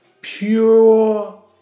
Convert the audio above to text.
pure